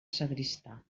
sagristà